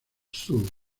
zoo